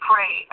Pray